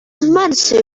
monsoon